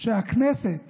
שהכנסת